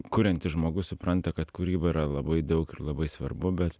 kuriantis žmogus supranta kad kūryba yra labai daug ir labai svarbu bet